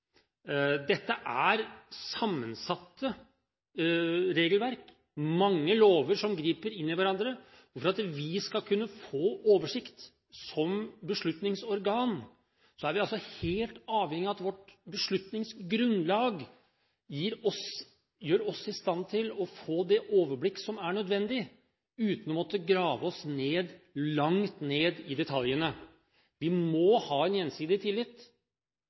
Dette er sammensatte regelverk, det er mange lover som griper inn i hverandre. For at vi som beslutningsorgan skal kunne få oversikt, er vi helt avhengig av at vårt beslutningsgrunnlag gjør oss i stand til å få det overblikk som er nødvendig, uten å måtte grave oss langt ned i detaljene. Vi må ha gjensidig tillit